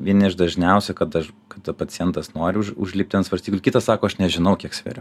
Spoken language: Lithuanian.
vieni iš dažniausių kada kada pacientas nori už užlipti ant svarstyklių kitas sako aš nežinau kiek sveriu